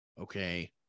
Okay